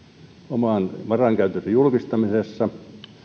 oman varainkäyttönsä julkistamisessa